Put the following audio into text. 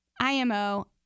IMO